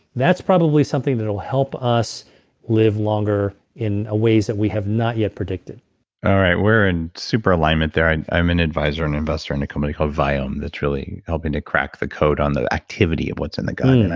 that's probably something that'll help us live longer in ah ways that we have not yet predicted ah we're in super alignment there. and i'm an advisor and investor in a company called viome that's really helping to crack the code on the activity of what's in the gut. and